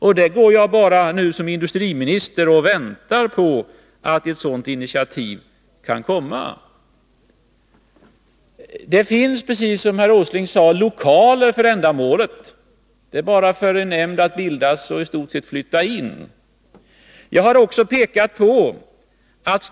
I egenskap av industriminister går jag nu bara och väntar på ett sådant initiativ. Precis som herr Åsling sade finns det lokaler för ändamålet. Det återstår i stort sett bara att bilda en nämnd och att denna flyttar in i sina lokaler.